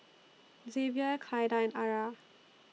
Xavier Clyda and Arah